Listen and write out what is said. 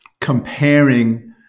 comparing